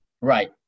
Right